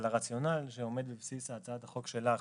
הרציונל שעומד בבסיס הצעת החוק שלך,